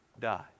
die